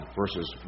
verses